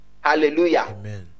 hallelujah